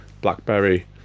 blackberry